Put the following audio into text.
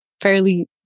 fairly